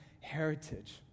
heritage